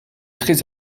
très